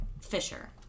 Fisher